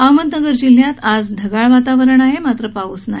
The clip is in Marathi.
अहमदनगर जिल्ह्यात आज ढगाळ वातावरण आहे मात्र पाऊस नाही